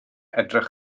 edrych